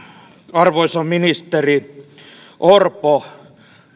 arvoisa ministeri orpo